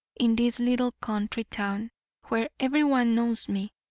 in this little country town where everyone knows me.